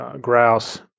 grouse